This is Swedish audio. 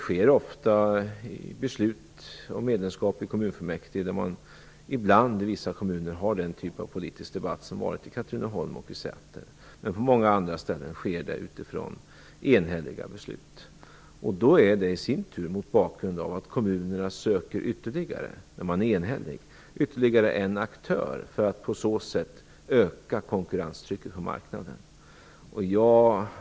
När beslut om medlemskap fattas i kommunfullmäktige har man i bland, i vissa kommuner, den typ av politisk debatt som man har haft i Katrineholm och i Säter. Men på många andra ställen fattar man enhälliga beslut. Det sker i sin tur mot bakgrund av att kommunerna vid enhälliga beslut söker ytterligare en aktör för att på så sätt öka konkurrenstrycket på marknaden.